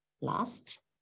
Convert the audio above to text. Last